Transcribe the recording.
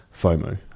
fomo